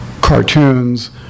cartoons